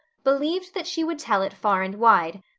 believed that she would tell it far and wide.